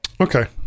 Okay